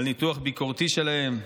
על ניתוח ביקורתי שלהם,